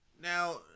Now